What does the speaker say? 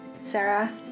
Sarah